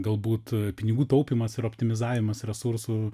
galbūt pinigų taupymas ir optimizavimas resursų